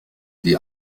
die